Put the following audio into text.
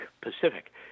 Pacific